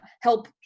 help